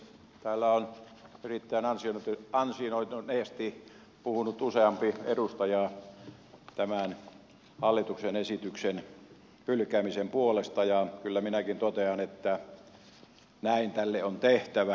täällä on erittäin ansioituneesti puhunut useampi edustaja tämän hallituksen esityksen hylkäämisen puolesta ja kyllä minäkin totean että näin tälle on tehtävä